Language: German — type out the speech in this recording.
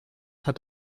hat